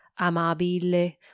amabile